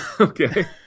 Okay